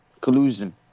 Collusion